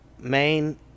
main